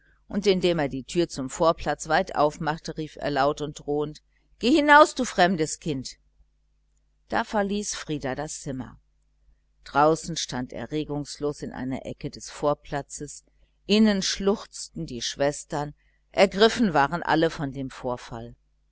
und indem er die türe zum vorplatz weit aufmachte rief er laut und drohend geh hinaus du fremdes kind da verließ frieder das zimmer draußen stand er regungslos in einer ecke des vorplatzes innen schluchzten die schwestern ergriffen waren alle von dem vorfall